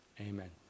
Amen